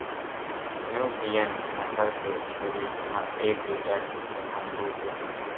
Nubian नसल के छेरी ह एक लीटर असन दूद देथे